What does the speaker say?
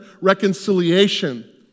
reconciliation